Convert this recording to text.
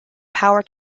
power